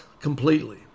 completely